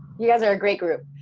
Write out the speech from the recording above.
you guys are a great group.